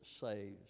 saves